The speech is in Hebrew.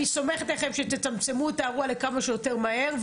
אני סומכת עליכם שתצמצמו את האירוע כמה שיותר מהר.